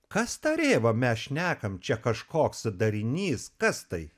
kas ta rėva mes šnekam čia kažkoks darinys kas tai